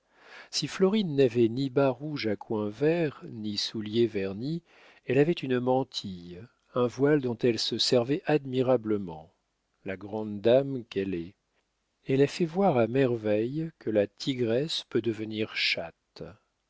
si florine n'avait ni bas rouges à coins verts ni souliers vernis elle avait une mantille un voile dont elle se servait admirablement la grande dame qu'elle est elle a fait voir à merveille que la tigresse peut devenir chatte